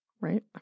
Right